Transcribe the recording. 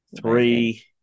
Three